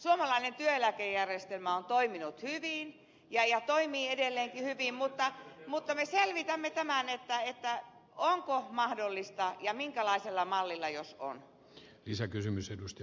suomalainen työeläkejärjestelmä on toiminut hyvin ja toimii edelleenkin hyvin mutta me selvitämme tämän onko mahdollista ja minkälaisella mallilla jos on